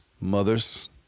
mother's